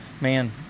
man